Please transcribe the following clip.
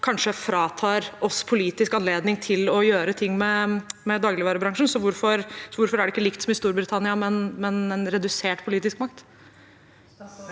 kanskje fratar oss politisk anledning til å gjøre ting med dagligvarebransjen. Så hvorfor er det ikke likt som i Storbritannia, men med en redusert politisk makt?